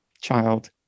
child